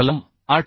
कलम 8